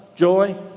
Joy